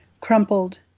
Crumpled